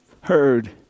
heard